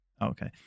Okay